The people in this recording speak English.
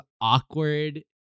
awkward